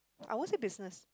I won't say business